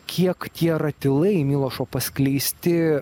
kiek tie ratilai milošo paskleisti